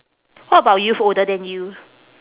what about youth older than you